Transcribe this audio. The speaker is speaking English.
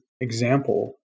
example